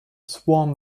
sworn